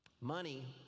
Money